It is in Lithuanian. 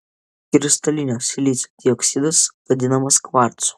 kristalinio silicio dioksidas vadinamas kvarcu